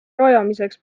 rajamiseks